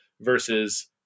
versus